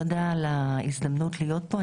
תודה על ההזדמנות להיות פה,